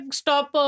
stop